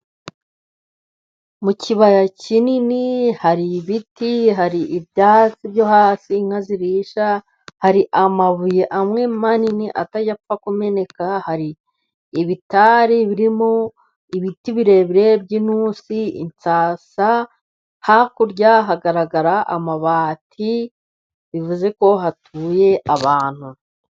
Mu kibaya kinini hari, ibiti hari ibyatsi byo hasi inka zirisha hari, amabuye amwe manini atajya apfa kumeneka, hari ibitari birimo ibiti birebire by'intusi, insasa hakurya hagaragara, amabati bivuzeko hatuye abantu.